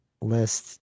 list